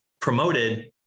promoted